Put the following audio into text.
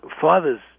fathers